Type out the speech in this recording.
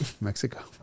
Mexico